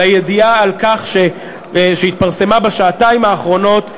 לידיעה שהתפרסמה בשעתיים האחרונות,